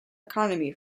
economy